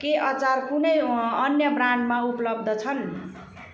के अचार कुनै अन्य ब्रान्डमा उपलब्ध छन्